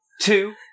two